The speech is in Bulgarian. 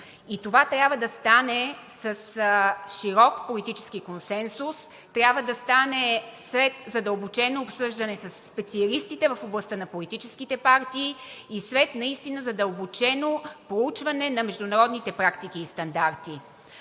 това трябва да стане с широк политически консенсус, трябва да стане след задълбочено обсъждане със специалистите в областта на политическите партии и след наистина задълбочено проучване на международните практики и стандарти.